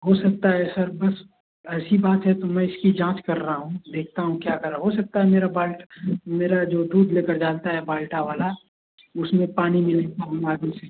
हो सकता है सर बस ऐसी बात है तो मैं इसकी जांच कर रहा हूँ देखता हूँ क्या कर हो सकता है मेरा मेरा जो दूध लेकर जाता हे बाल्टा वाला उसमें पानी